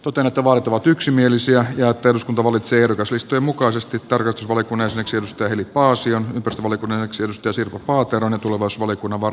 totean että vaalit ovat yksimielisiä ja että eduskunta valitsee ehdokaslistojen mukaisesti tarkastusvaliokunnan jäseneksi heli paasion ympäristövaliokunnan jäseneksi sirpa paateron tuleva smolik un amor